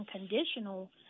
unconditional